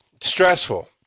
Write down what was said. stressful